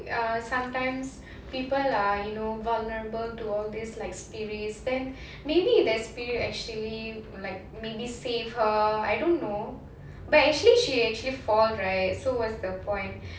uh sometimes people are you know vulnerable to all this like spirits then maybe the spirit actually like maybe save her I don't know but actually she actually fall right so what's the point